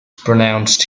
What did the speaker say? pronounced